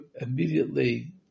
immediately